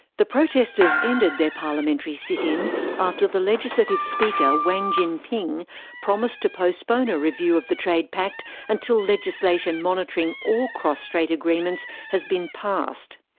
the protesters ended their parliamentary sit-in after the legislative legislative speaker wang jin-pyng promised to postpone a review of the trade pact until legislation monitoring all cross-strait agreements has been passed.